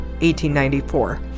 1894